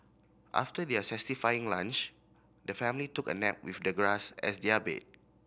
after their satisfying lunch the family took a nap with the grass as their bed